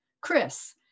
Chris